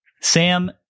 Sam